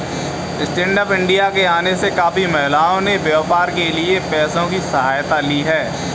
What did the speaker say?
stand up India के आने से काफी महिलाओं ने व्यापार के लिए पैसों की सहायता ली है